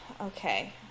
Okay